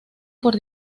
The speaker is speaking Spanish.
por